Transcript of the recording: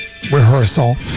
rehearsal